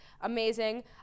amazing